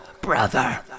brother